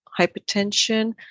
hypertension